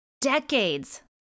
decades